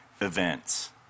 events